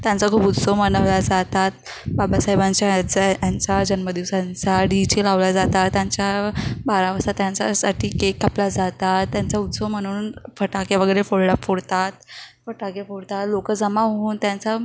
त्यांचा खूप उत्सव मनवल्या जातात बाबासाहेबांच्या याचा यांचा जन्मदिवसांचा डी जे लावल्या जातात त्यांच्या बारा वाजता त्यांचासाठी केक कापल्या जातात त्यांचा उत्सव म्हणून फटाके वगैरे फोडला फोडतात फटाके फोडतात लोक जमा होऊन त्यांचा